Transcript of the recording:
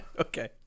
Okay